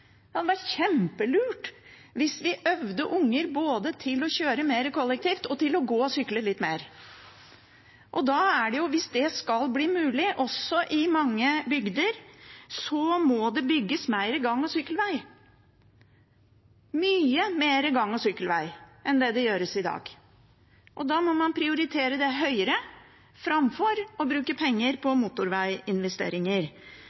kan ikke fatte hvorfor statsråden ikke skulle applaudere en slik løsning. Det å skulle ha flere bilfrie soner rundt skolene ville være en kjempefordel. Etterpå skal vi debattere folkehelse. Det hadde vært kjempelurt hvis vi trente ungene både til å kjøre mer kollektivt og til å gå og sykle litt mer. Hvis det skal bli mulig også i mange bygder, må det bygges mer gang- og sykkelveg – mye mer gang- og sykkelveg enn det gjøres